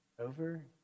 over